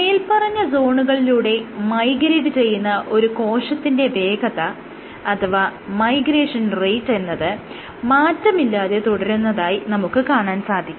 മേല്പറഞ്ഞ സോണുകളിലൂടെ മൈഗ്രേറ്റ് ചെയ്യുന്ന ഒരു കോശത്തിന്റെ വേഗത അഥവാ മൈഗ്രേഷൻ റേറ്റ് എന്നത് മാറ്റമില്ലാതെ തുടരുന്നതായി നമുക്ക് കാണാൻ സാധിക്കും